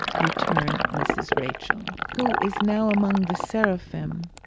returned mrs. rachael, who is now among the seraphim